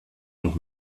und